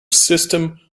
system